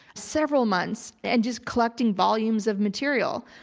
several months, and just collecting volumes of material.